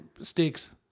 sticks